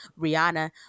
Rihanna